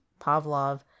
Pavlov